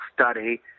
study